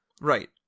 Right